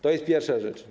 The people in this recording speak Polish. To jest pierwsza rzecz.